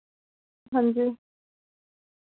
हांजी